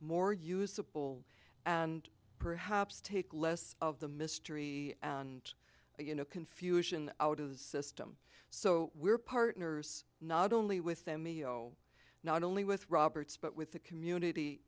more usable and perhaps take less of the mystery and you know confusion out of the system so we're partners not only with them e o not only with roberts but with the community